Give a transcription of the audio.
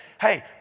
hey